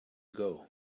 ago